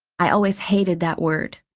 i always hated that word,